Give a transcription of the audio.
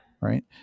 right